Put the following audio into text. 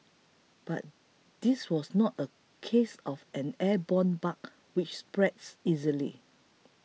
but this was not a case of an airborne bug which spreads easily